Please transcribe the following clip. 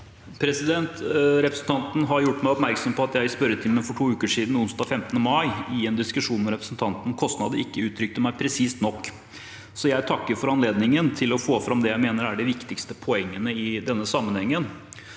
Representan- ten Wold har gjort meg oppmerksom på at jeg i spørretimen for to uker siden, onsdag 15. mai, i en diskusjon med ham om kostnader, ikke uttrykte meg presist nok. Jeg takker for anledningen til å få fram det jeg mener er de viktigste poengene i denne sammenhengen.